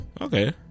Okay